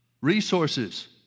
resources